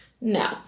No